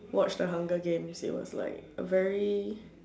watch the hunger games it was like very